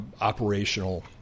operational